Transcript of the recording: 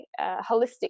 holistic